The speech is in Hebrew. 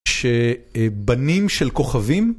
שבנים של כוכבים